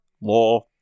law